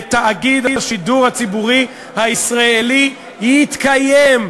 לתאגיד השידור הציבורי הישראלי יתקיים,